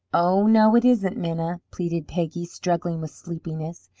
oh, no, it isn't, minna! pleaded peggy, struggling with sleepiness.